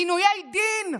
עינויי דין,